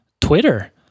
Twitter